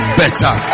better